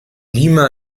lima